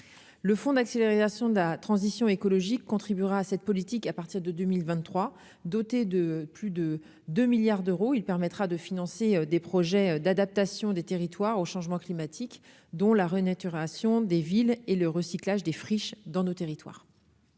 le fond d'accélération de la transition écologique contribuera à cette politique, à partir de 2023 doté de plus de 2 milliards d'euros, il permettra de financer des projets d'adaptation des territoires au changement climatique dont la renaturation des villes et le recyclage des friches dans nos territoires.